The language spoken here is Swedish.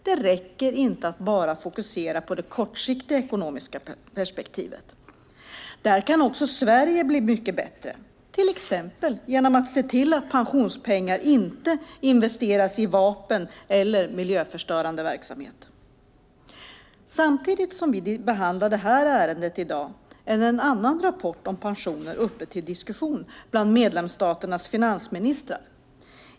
Det räcker inte att bara fokusera på det kortsiktiga ekonomiska perspektivet. Där kan också Sverige bli mycket bättre, till exempel genom att se till att pensionspengar inte investeras i vapen eller i miljöförstörande verksamhet. Samtidigt som vi behandlar detta ärende i dag är en annan rapport om pensioner uppe till diskussion bland medlemsstaternas finansministrar.